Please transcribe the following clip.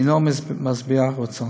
הוא משביע רצון.